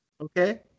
Okay